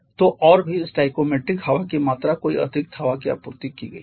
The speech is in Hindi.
तो और भी स्टोइकोमेट्रिक हवा की मात्रा कोई अतिरिक्त हवा की आपूर्ति की गई है